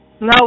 No